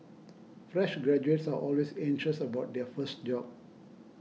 fresh graduates are always anxious about their first job